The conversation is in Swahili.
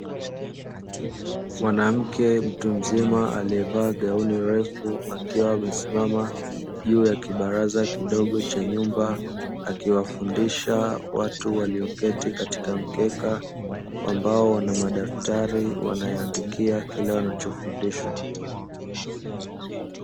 Mwanamke mtu mzima aliyevaa gauni refu akiwa juu ya kibaraza kidogo cha nyumba, akiwafundisha watu walioketi katika mkeka, ambao wana madaftari wanayoandikia kile wanachofundishwa.